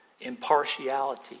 Impartiality